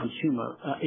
consumer